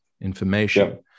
information